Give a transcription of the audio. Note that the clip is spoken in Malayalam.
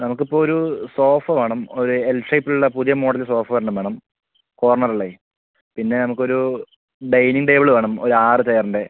നമുക്ക് ഇപ്പം ഒരു സോഫ വേണം ഒര് എൽ ഷേപ്പിൽ ഉള്ള പുതിയ മോഡല് സോഫ ഒരെണ്ണം വേണം കോർണർ അല്ലെ പിന്നെ നമുക്ക് ഒരു ഡൈനിംഗ് ടേബിള് വേണം ഒര് ആറ് ചെയറിൻ്റെ